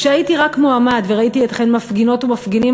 כשהייתי רק מועמד וראיתי אתכם מפגינות ומפגינים,